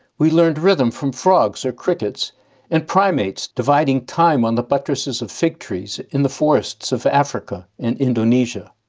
we learned rhythm from frogs or crickets and primates dividing time on the buttresses of fig trees in the forests of africa and indonesia.